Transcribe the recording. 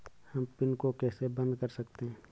हम पिन को कैसे बंद कर सकते हैं?